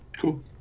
Cool